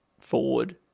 forward